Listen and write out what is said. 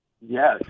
Yes